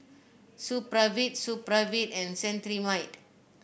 Supravit Supravit and Cetrimide